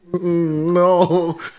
no